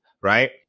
right